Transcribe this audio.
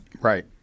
Right